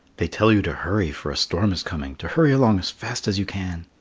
they tell you to hurry, for a storm is coming to hurry along as fast as you can.